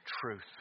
truth